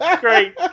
Great